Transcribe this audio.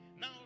Now